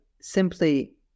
simply